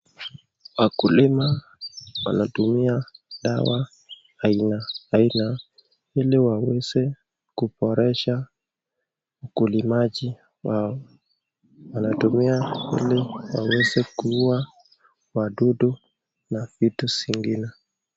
Wakulima wanatumia dawa aina aina ili waweze kuboresha ukulima wao. Wanatumia ili waweze kuua wadudu na vitu zingine.